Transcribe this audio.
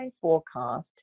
forecast